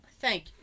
Thank